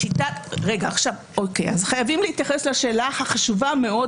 אז חייבים להתייחס לשאלה החשובה מאוד,